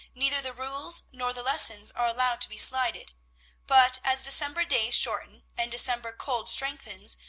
neither the rules nor the lessons are allowed to be slighted but as december days shorten, and december cold strengthens,